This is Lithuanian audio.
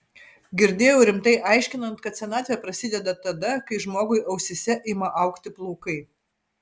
girdėjau rimtai aiškinant kad senatvė prasideda tada kai žmogui ausyse ima augti plaukai